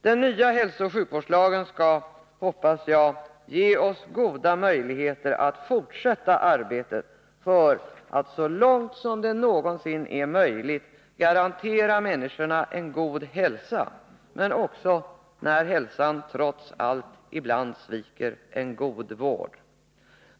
Den nya hälsooch sjukvårdslagen skall — hoppas jag — ge oss goda möjligheter att fortsätta arbetet för att så långt det någonsin är möjligt garantera människorna en god hälsa, men också, när hälsan trots allt ibland sviker, en god vård.